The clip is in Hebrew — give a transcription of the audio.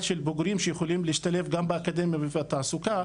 של בוגרים שיכולים גם להשתלב גם באקדמיה ובתעסוקה,